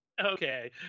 Okay